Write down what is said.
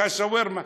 את השווארמה.